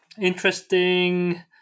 interesting